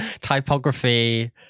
typography